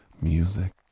music